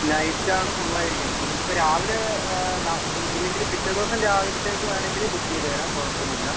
night ആണ് full ആയി ഇരിക്കുന്നത് നിങ്ങൾക്ക് ഇപ്പം രാവിലെ ഇല്ലെങ്കിൽ പിറ്റേ ദിവസം രാവിലത്തേക്ക് വേണമെങ്കിൽ ബുക്ക് ചെയ്തുതരാം കുഴപ്പം ഒന്നും ഇല്ല